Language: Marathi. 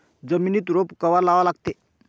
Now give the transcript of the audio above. जमिनीत रोप कवा लागा लागते?